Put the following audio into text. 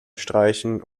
streichen